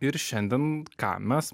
ir šiandien ką mes